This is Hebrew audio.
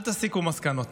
אל תסיקו מסקנות.